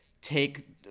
take